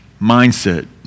mindset